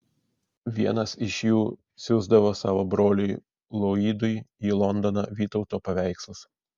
vienas iš jų siųsdavo savo broliui loydui į londoną vytauto paveikslus